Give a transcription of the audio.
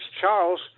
Charles